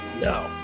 no